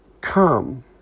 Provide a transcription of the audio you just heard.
come